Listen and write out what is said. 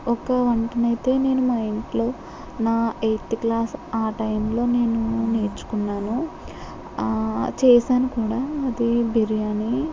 ఒక వంటను అయితే నేను మా ఇంట్లో నా ఎంత్ క్లాస్ ఆ టైమ్లో నేను నేర్చుకున్నాను ఆ చేసాను కూడా అది బిర్యానీ